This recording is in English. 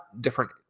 different